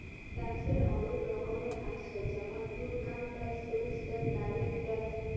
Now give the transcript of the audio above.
ট্যাক্সের ওলেক রকমের হচ্যে জেমল income tax, sales tax, direct tax